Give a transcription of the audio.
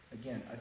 Again